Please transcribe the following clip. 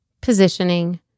positioning